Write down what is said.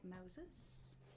Moses